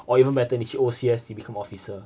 or even better 你去 O_C_S you become officer